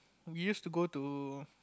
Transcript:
we used to go to